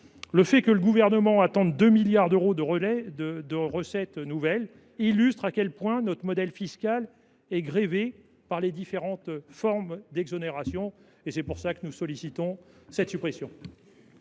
Le fait que le Gouvernement attende 2 milliards d’euros de recettes nouvelles illustre à quel point notre modèle fiscal est grevé par les différentes formes d’exonération. C’est la raison pour laquelle nous sollicitions la suppression